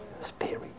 Spirit